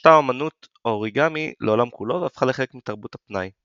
התפשטה אמנות האוריגמי לעולם כולו והפכה לחלק מתרבות הפנאי.